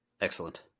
Excellent